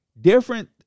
different